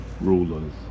rulers